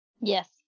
Yes